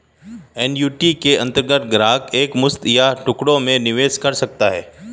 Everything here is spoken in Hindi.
एन्युटी के अंतर्गत ग्राहक एक मुश्त या टुकड़ों में निवेश कर सकता है